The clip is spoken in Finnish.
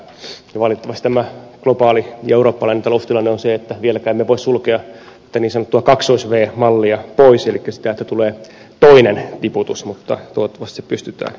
ja valitettavasti tämä globaali ja eurooppalainen taloustilanne on se että vieläkään emme voi sulkea tätä niin sanottua w mallia pois elikkä sitä että tulee toinen tiputus mutta toivottavasti se pystytään välttämään